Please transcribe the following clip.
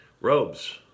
robes